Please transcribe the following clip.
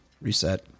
reset